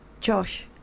Josh